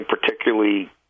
particularly